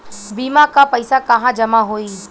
बीमा क पैसा कहाँ जमा होई?